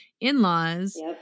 in-laws